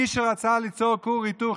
מי שרצה ליצור כור היתוך,